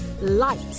light